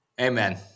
Amen